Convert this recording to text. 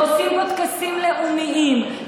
ועושים בו טקסים לאומיים,